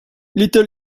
little